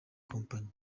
kompanyi